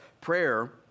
prayer